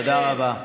תודה רבה.